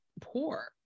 poor